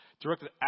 directed